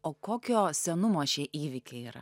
o kokio senumo šie įvykiai yra